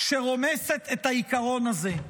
שרומסת את העיקרון הזה.